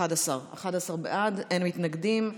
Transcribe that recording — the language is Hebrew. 11 בעד, אין מתנגדים.